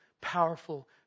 powerful